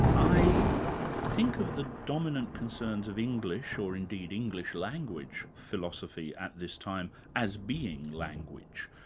i think of the dominant concerns of english, or indeed english language philosophy at this time, as being language.